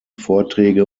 vorträge